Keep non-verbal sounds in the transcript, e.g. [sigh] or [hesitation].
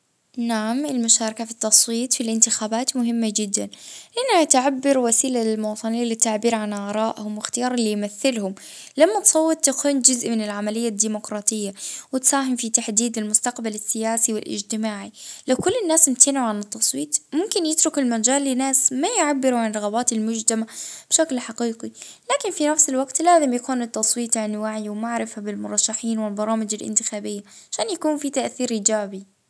اه طبعا التصويت حق واجب [hesitation] في الإنتخابات هو اللي يحدد مستقبل البلاد.